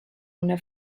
una